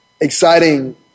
exciting